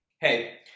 Hey